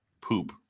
poop